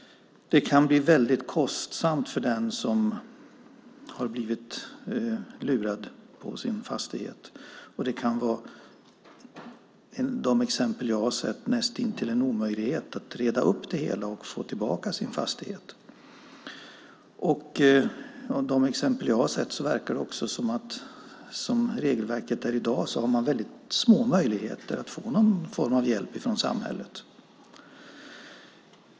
Det kan bli väldigt kostsamt för den som har blivit lurad på sin fastighet. Av de exempel som jag har sett framgår att det kan vara näst intill omöjligt att reda upp det hela och att få tillbaka fastigheten. Dessutom framgår det av de exempel jag sett att man, som regelverket i dag är, har väldigt små möjligheter att få någon form av hjälp från samhället.